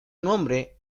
nombre